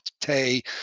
Tay